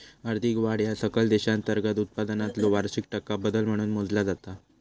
आर्थिक वाढ ह्या सकल देशांतर्गत उत्पादनातलो वार्षिक टक्का बदल म्हणून मोजला जाता